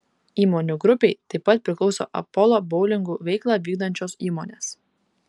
įmonių grupei taip pat priklauso apolo boulingų veiklą vykdančios įmonės